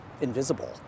invisible